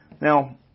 Now